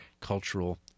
cultural